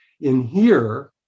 inhere